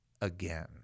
again